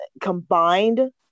combined